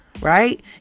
Right